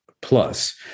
plus